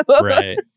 Right